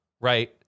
right